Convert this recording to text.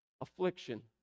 Affliction